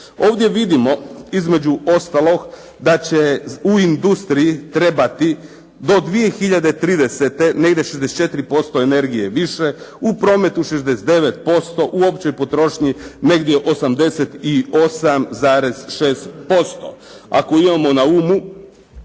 Ovdje vidimo između ostalog da će u industriji trebati do 2030. negdje 64% energije više, u prometu 69%, u općoj potrošnji negdje 88,6%. Ako imamo na umu